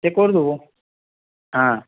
সে করে দেবো হ্যাঁ